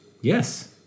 Yes